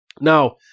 Now